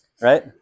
right